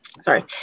Sorry